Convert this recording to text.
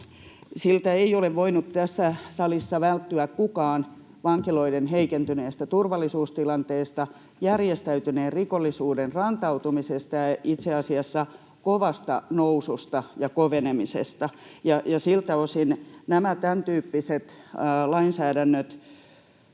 tältä ei ole voinut tässä salissa välttyä kukaan: vankiloiden heikentyneeltä turvallisuustilanteelta, järjestäytyneen rikollisuuden rantautumiselta ja itse asiassa kovalta nousulta ja kovenemiselta. Siltä osin nämä tämäntyyppiset lainsäädännöt